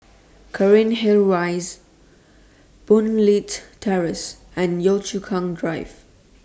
Cairnhill Rise Boon Leat Terrace and Yio Chu Kang Drive